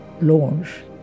launch